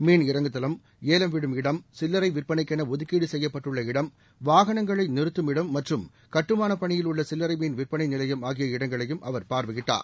மீன் இறங்குதளம் ஏலம் விடும் இடம் சில்லறை விற்பனைக்கென ஒதுக்கீடு செய்யப்பட்டுள்ள இடம் வாகனங்களை நிறுத்தும் இடம் மற்றும் கட்டுமானப் பணியில் உள்ள சில்லறை மீன் விற்பனை நிலையம் ஆகிய இடங்களையும் அவர் பார்வையிட்டார்